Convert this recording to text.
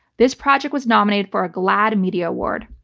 this project was nominated for a glad media award.